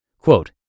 Quote